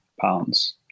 pounds